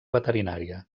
veterinària